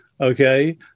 okay